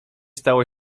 stało